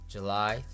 July